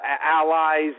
allies